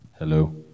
Hello